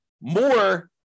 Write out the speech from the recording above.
more